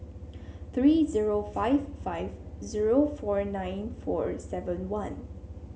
three zero five five zero four nine four seven one